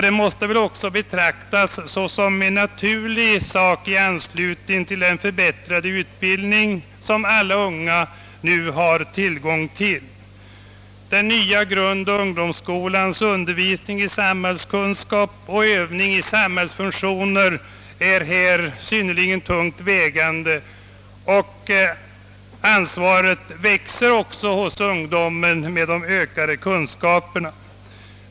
Detta måste väl också betraktas som naturligt med hänsyn till den förbättrade utbildning som alla unga nu har tillgång till. Den nya grundoch ungdomsskolans undervisning i samhällskunskap och övningar i samhällsfunktioner är här synnerligen tungt vägande. Ansvaret växer också hos ungdomen med de ökade kunskaperna.